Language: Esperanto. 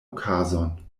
okazon